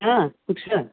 हां कुठलं